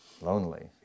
lonely